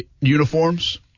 uniforms